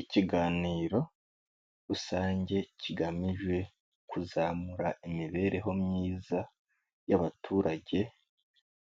Ikiganiro rusange kigamije kuzamura imibereho myiza y'abaturage,